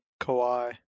Kawhi